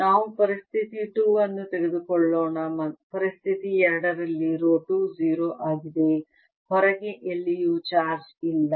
ನಾವು ಪರಿಸ್ಥಿತಿ 2 ಅನ್ನು ತೆಗೆದುಕೊಳ್ಳೋಣ ಪರಿಸ್ಥಿತಿ 2 ರಲ್ಲಿ ರೋ 2 0 ಆಗಿದೆ ಹೊರಗೆ ಎಲ್ಲಿಯೂ ಚಾರ್ಜ್ ಇಲ್ಲ